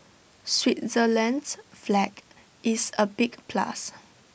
Switzerland's flag is A big plus